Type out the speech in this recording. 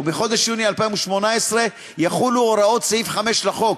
ומחודש יוני 2018 יחולו הוראות סעיף 5 לחוק,